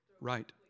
Right